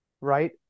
right